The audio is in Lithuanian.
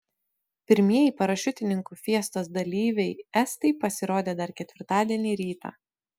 pirmieji parašiutininkų fiestos dalyviai estai pasirodė dar ketvirtadienį rytą